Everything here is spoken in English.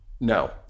No